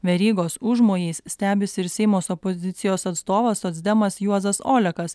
verygos užmojais stebisi ir seimos opozicijos atstovas socdemas juozas olekas